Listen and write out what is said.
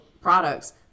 products